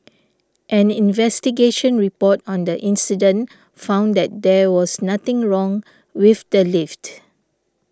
an investigation report on the incident found that there was nothing wrong with the lift